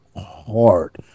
hard